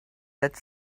that